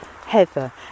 heather